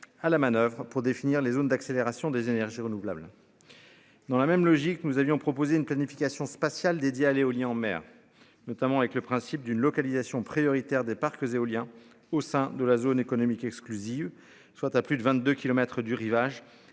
à la manoeuvre pour définir les zones d'accélération des énergies renouvelables. Dans la même logique, nous avions proposé une planification spatiale dédiées à l'éolien en mer, notamment avec le principe d'une localisation prioritaire des parcs éoliens au sein de la zone économique exclusive soit à plus de 22 kilomètre du Rivage